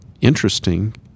interesting